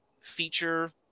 feature